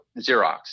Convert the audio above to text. Xerox